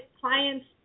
clients